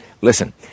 Listen